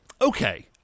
Okay